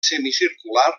semicircular